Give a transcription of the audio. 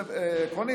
עקרונית,